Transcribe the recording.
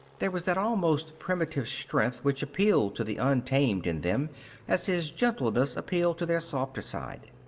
there was that almost primitive strength which appealed to the untamed in them as his gentleness appealed to their softer side.